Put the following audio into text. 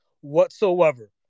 whatsoever